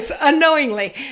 unknowingly